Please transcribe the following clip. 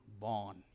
born